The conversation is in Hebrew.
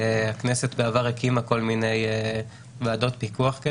הכנסת בעבר הקימה כל מיני ועדות פיקוח.